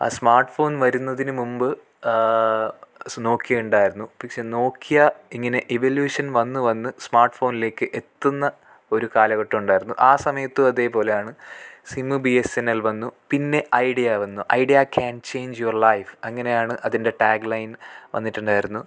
അ smart phone വരുന്നതിന് മുൻപ് Nokia ഉണ്ടായിരുന്നു പക്ഷേ നോക്കിയ ഇങ്ങനെ ഇവലൂഷൻ വന്ന് വന്ന് സ്മാട്ട് ഫോണിലേക്ക് എത്തുന്ന ഒരു കാലഘട്ടം ഉണ്ടായിരുന്നു ആ സമയത്തു അതേപോലെയാണ് സിമ്മ് ബിഎസ്സെന്നൽ വന്നു പിന്നെ ഐഡിയ വന്നു Idea can change your life അങ്ങനെയാണ് അതിൻ്റെ ടാഗ് ലൈൻ വന്നിട്ടുണ്ടായിരുന്നു